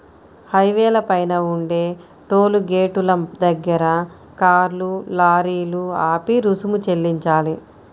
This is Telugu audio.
హైవేల పైన ఉండే టోలు గేటుల దగ్గర కార్లు, లారీలు ఆపి రుసుము చెల్లించాలి